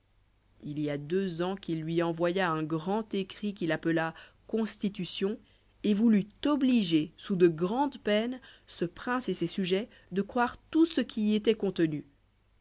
il y a deux ans qu'il lui envoya un grand écrit qu'il appela constitution et voulut obliger sous de grandes peines ce prince et ses sujets de croire tout ce qui y étoit contenu